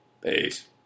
Peace